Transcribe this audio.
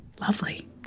Lovely